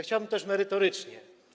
Chciałbym też merytorycznie.